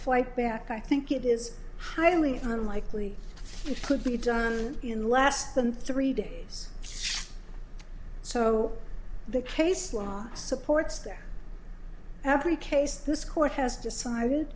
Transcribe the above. flight back i think it is highly unlikely it could be done in less than three days so the case law supports their every case this court has decided